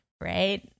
Right